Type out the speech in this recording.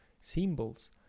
symbols